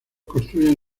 construyen